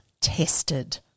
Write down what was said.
tested